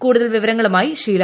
കൂടുതൽ വിവരങ്ങളുമായി ഷീല